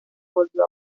volvió